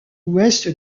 ouest